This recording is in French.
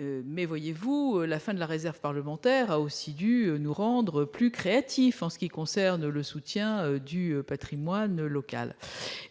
Mais, voyez-vous, la fin de la réserve parlementaire a dû nous rendre plus créatifs pour ce qui concerne le soutien du patrimoine local.